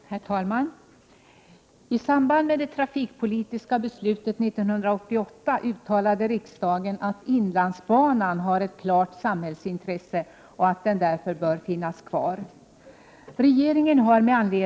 Herr talman! I samband med det trafikpolitiska beslutet 1988 uttalade riksdagen att inlandsbanan är ett klart samhällsintresse och att den därför bör finnas kvar.